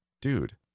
Dude